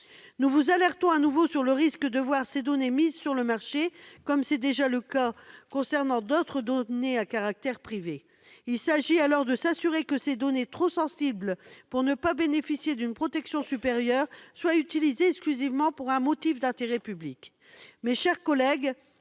Nous vous alertons de nouveau sur le risque de voir ces données mises sur le marché, comme c'est déjà le cas pour d'autres données à caractère privé. Il s'agit de s'assurer que ces données, trop sensibles pour ne pas bénéficier d'une protection supérieure, soient utilisées exclusivement pour un motif d'intérêt public. Mes chers collègues,